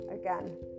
again